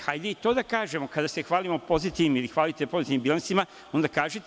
Hajde i to da kažemo, kada se hvalimo pozitivnim ili hvalite pozitivnim bilansima, onda kažite.